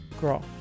Girl